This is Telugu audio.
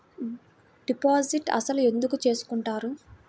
డిపాజిట్ అసలు ఎందుకు చేసుకుంటారు?